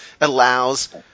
allows